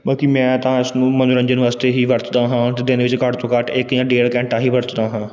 ਬਾਕੀ ਮੈਂ ਤਾਂ ਇਸ ਨੂੰ ਮਨੋਰੰਜਨ ਵਾਸਤੇ ਹੀ ਵਰਤਦਾ ਹਾਂ ਅਤੇ ਦਿਨ ਵਿੱਚ ਘੱਟ ਤੋਂ ਘੱਟ ਇੱਕ ਜਾਂ ਡੇਢ ਘੰਟਾ ਹੀ ਵਰਤਦਾ ਹਾਂ